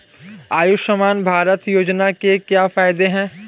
आयुष्मान भारत योजना के क्या फायदे हैं?